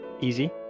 Easy